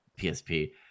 PSP